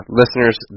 listeners